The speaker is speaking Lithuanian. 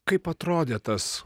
kaip atrodė tas